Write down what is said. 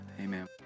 Amen